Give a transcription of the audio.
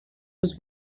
was